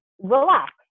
relax